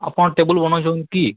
ଆପଣ ଟେବୁଲ୍ ବନଉଛନ୍ କି